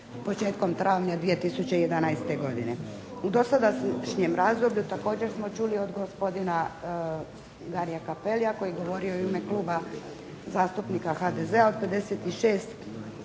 početkom travnja 2011. godine. U dosadašnjem razdoblju također smo čuli od gospodina Garia Cappellia koji je govorio i u ime Kluba zastupnika HDZ-a od 56 državnih